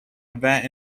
event